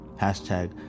hashtag